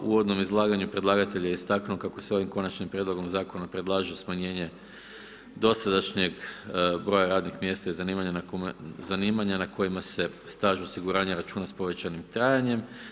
U uvodnom izlaganju predlagatelj je istaknuo kako se ovim Konačnim prijedlogom Zakona predlaže smanjenje dosadašnjeg broja radnih mjesta i zanimanja na kojima se staž osiguranja računa s povećanim trajanjem.